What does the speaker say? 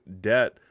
debt